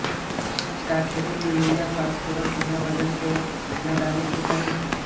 का खेती में यूरिया फास्फोरस बिना वजन के न डाले के चाहि?